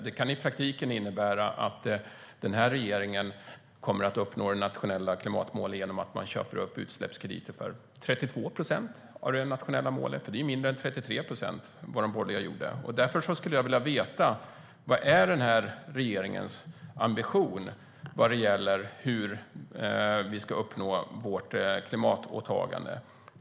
Det kan i praktiken innebära att den här regeringen kommer att uppnå de nationella klimatmålen genom att köpa utsläppskrediter som utgör 32 procent av det nationella målet. Det är ju mindre än 33 procent, som de borgerliga hade. Därför skulle jag vilja veta: Vad är den här regeringens ambition vad gäller hur vi ska uppnå vårt klimatåtagande?